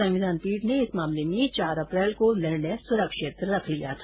संविधान पीठ ने इस मामले में चार अप्रैल को निर्णय सुरक्षित रख लिया था